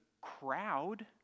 crowd